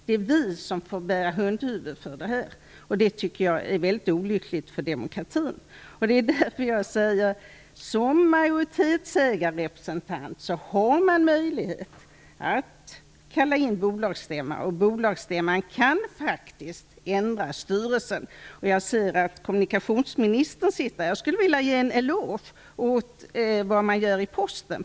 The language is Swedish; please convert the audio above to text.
Det är vi som får bära hundhuvudet för det här, och det tycker jag är väldigt olyckligt för demokratin. Jag vill därför säga att man som majoritetsägarrepresentant har möjlighet att kalla in bolagsstämma, och bolagsstämman kan faktiskt ändra styrelsen. Jag ser att kommunikationsministern sitter här i kammaren, och jag skulle vilja ge en eloge för det som man gör inom Posten.